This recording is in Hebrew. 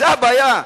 זאת הבעיה,